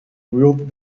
ruled